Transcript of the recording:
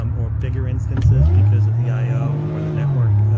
um or bigger instances because of the i o or the network